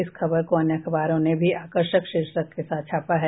इस खबर को अन्य अखबारों ने भी आकर्षक शीर्षक के साथ छापा है